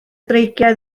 dreigiau